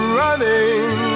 running